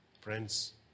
Friends